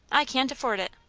i can't afford it.